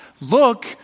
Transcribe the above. Look